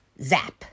Zap